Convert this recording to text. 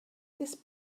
this